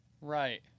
Right